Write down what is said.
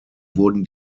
wurden